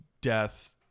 death